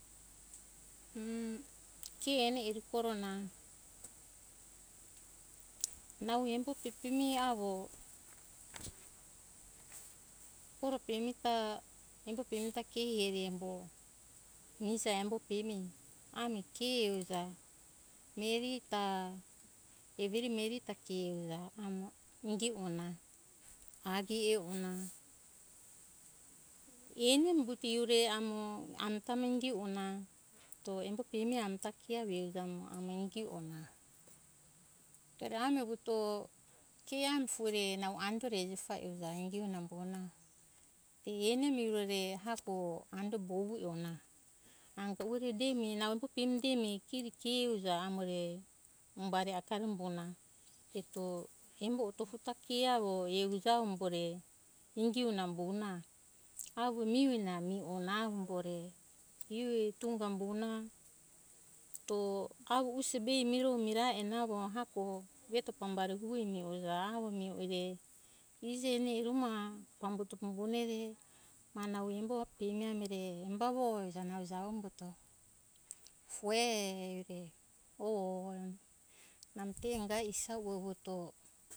Uh ke eni eri kurona nau embo pe pemi avo koro pemi ta embo pemi ta ke ere embo mihaja embo pemi ami ke e uja mireri ta everi mireri ta ke e uja amo inge ona agi e ona eni umbuto hiore amo ami ta indie ona to embo pemi ami ta ke uja amo inge ona bara ami vuto ke ami fuo re nau ando re hejepa uja ke namo umbona e eni mirore ehako ando bovu ona anga uere pemi nau umbuto demi demi kiri ke uja amore umbari akari kogo nae to embo otofu ta ke avo e uja avo umbo re ingi ona umbona avo mihoe ona avo umbore hio tunga umbona to avo use be eto miro mirae ena avo hako veto pambari ue mihoja avo mihore iji eni eruma pambuto pambone re maha nau embo pemi amore umbavo uja nau javo umbuto fue eri re o namo te enga isa ue eto